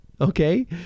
okay